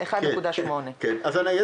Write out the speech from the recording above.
1.8 כן.